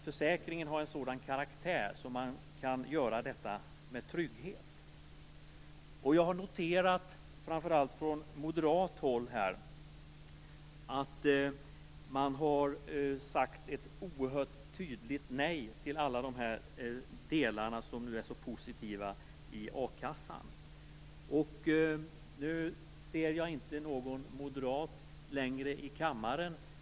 Försäkringen skall ha en sådan karaktär, att man kan göra detta och känna sig trygg. Jag har noterat från moderat håll att man har sagt ett tydligt nej till dessa positiva delar i a-kassan. Jag ser inte att det finns någon moderat längre i kammaren.